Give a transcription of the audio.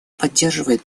поддерживает